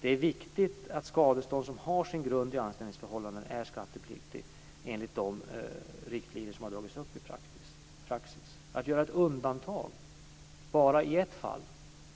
Det är viktigt att skadestånd som har sin grund i anställningsförhållanden är skattepliktigt enligt de riktlinjer som har dragits upp i praxis. Att göra undantag i endast ett fall,